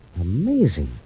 Amazing